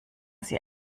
sie